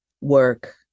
work